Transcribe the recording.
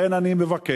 לכן אני מבקש,